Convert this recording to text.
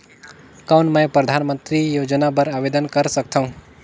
कौन मैं परधानमंतरी योजना बर आवेदन कर सकथव?